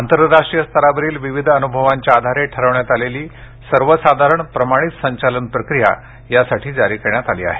आतरराष्ट्रीय स्तरावरील विविध अनुभवांच्या आधारे ठरवण्यात आलेली सर्वसाधारण प्रमाणित संचालन प्रक्रिया जारी करण्यात आली आहे